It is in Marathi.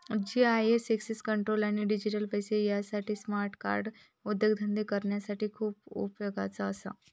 जी.आय.एस एक्सेस कंट्रोल आणि डिजिटल पैशे यासाठी स्मार्ट कार्ड उद्योगधंदे करणाऱ्यांसाठी खूप उपयोगाचा असा